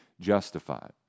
justified